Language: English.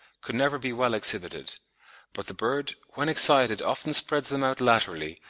could never be well exhibited but the bird when excited often spreads them out laterally,